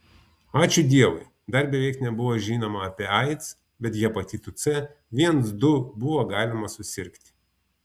ačiū dievui dar beveik nebuvo žinoma apie aids bet hepatitu c viens du buvo galima susirgti